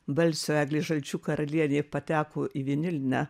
balsio eglė žalčių karalienė pateko į vinilinę